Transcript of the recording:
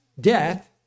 death